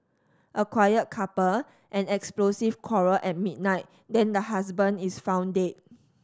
a quiet couple an explosive quarrel at midnight then the husband is found dead